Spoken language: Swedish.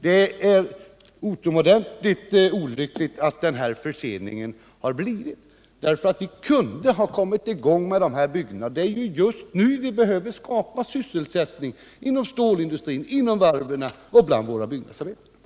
Det är utomordentligt olyckligt att den här förseningen inträffat, därför att vi kunde ha kommit i gång med byggena, och det är just nu vi behöver skapa sysselsättning inom stålindustrin, varven och byggnadsindustrin.